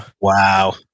Wow